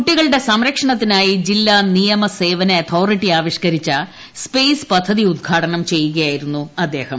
കുട്ടികളുടെ സംരക്ഷണത്തിനായി ജില്ല നിയമ സേവന അതോറിട്ടി ആവിഷ്കരിച്ച സ്പേസ് പദ്ധതി ഉദ്ഘാടനം ചെയ്യുകയായിരുന്നു അദേഹം